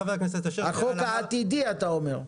החוק העתידי, אתה אומר.